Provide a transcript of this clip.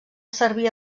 servir